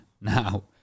now